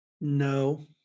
No